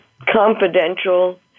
confidential